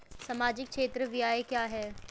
सामाजिक क्षेत्र व्यय क्या है?